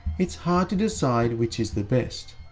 it's hard to decide which is the best.